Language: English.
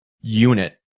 unit